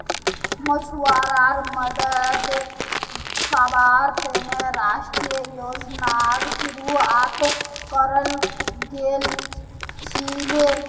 मछुवाराड मदद कावार तने राष्ट्रीय योजनार शुरुआत कराल गेल छीले